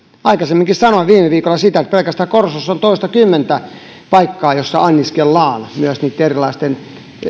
aikaisemminkin sanoin viime viikolla sitä että pelkästään korsossa on toistakymmentä paikkaa missä anniskellaan myös niitten erilaisten